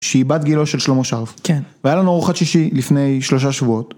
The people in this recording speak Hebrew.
שהיא בת גילו של שלמה שרף. כן. והיתה לנו ארוחת שישי לפני שלושה שבועות.